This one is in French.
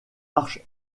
arche